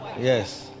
yes